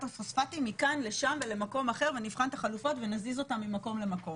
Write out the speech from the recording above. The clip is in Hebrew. הפוספטים מכאן לשם ולמקום אחר ונבחן את החלופות ונזיז אותם ממקום למקום,